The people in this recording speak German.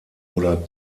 oder